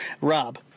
Rob